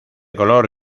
color